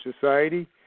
Society